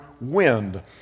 wind